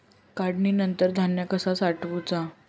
काढणीनंतर धान्य कसा साठवुचा?